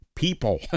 people